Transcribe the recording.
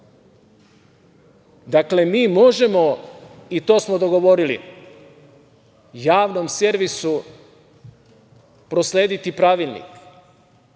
sektor? Dakle, mi možemo, i to smo dogovorili, Javnom servisu proslediti pravilnik.